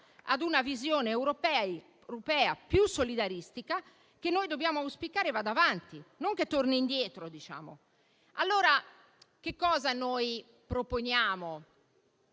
a una visione europea più solidaristica che noi dobbiamo auspicare vada avanti, non che torni indietro. Cosa proponiamo?